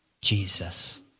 Jesus